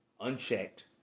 Unchecked